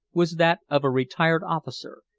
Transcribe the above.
was that of a retired officer,